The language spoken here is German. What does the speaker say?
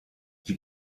die